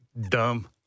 dumb